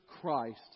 Christ